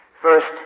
First